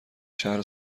شهر